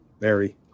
Mary